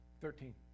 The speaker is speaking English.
Thirteen